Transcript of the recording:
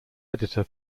editor